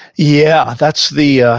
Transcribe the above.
yeah, that's the, ah